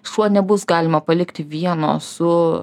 šuo nebus galima palikti vieno su